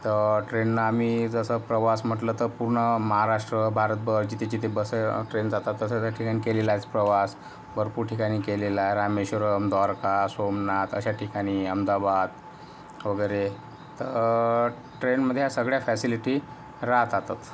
तर ट्रेनला आम्ही जसं प्रवास म्हटलं तर पूर्ण महाराष्ट्र भारतभर जिथे जिथे बस ट्रेन जातात तसं ट्रेन केलेला आहे प्रवास भरपूर ठिकाणी केलेला आहे रामेश्वरम द्वारका सोमनाथ अशा ठिकाणी अहमदाबाद वगैरे तर ट्रेनमध्ये या सगळ्या फॅसिलिटी राहतातच